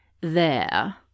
There